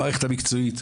המערכת המקצועית,